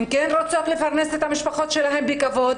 הן כן רוצות לפרנס את המשפחות שלהן בכבוד,